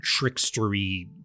trickstery